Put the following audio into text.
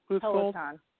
Peloton